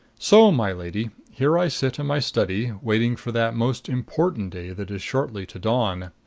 so, my lady, here i sit in my study, waiting for that most important day that is shortly to dawn.